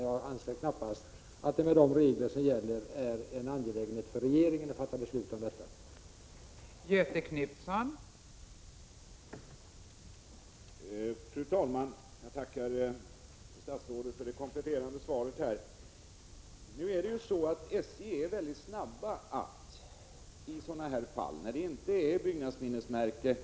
Jag anser att det med de regler som gäller knappast är en angelägenhet för regeringen att fatta beslut i detta fall.